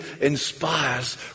inspires